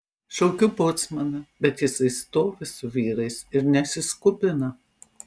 šaukiu bocmaną bet jisai stovi su vyrais ir nesiskubina